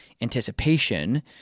anticipation